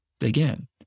again